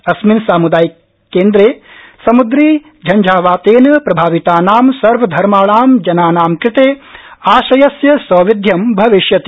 अस्मिन् सामुदायिक केन्द्रे समुद्री झंझावातेन प्रभावितानां सर्वधर्माणां जनानां कृते आश्रयस्य सौविध्यं भविष्यति